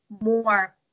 more